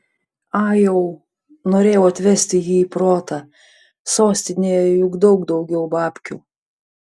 ajau norėjau atvesti jį į protą sostinėje juk daug daugiau babkių